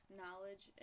knowledge